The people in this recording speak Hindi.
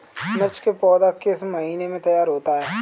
मिर्च की पौधा किस महीने में तैयार होता है?